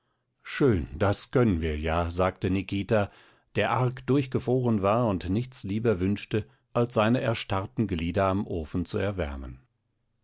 schön das können wir ja antwortete nikita der arg durchgefroren war und nichts lieber wünschte als seine erstarrten glieder am ofen zu erwärmen